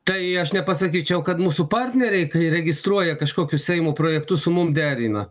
tai aš nepasakyčiau kad mūsų partneriai kai registruoja kažkokius seimo projektus su mum derina